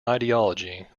ideology